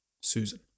Susan